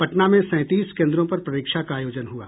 पटना में सैंतीस केंद्रों पर परीक्षा का आयोजन हुआ